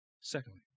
Secondly